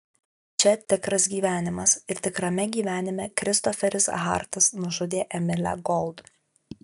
čia tikras gyvenimas ir tikrame gyvenime kristoferis hartas nužudė emilę gold